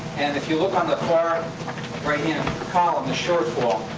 and if you look on the far right-hand column, the shortfall,